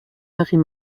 paris